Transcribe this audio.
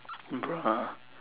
bruh